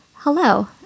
Hello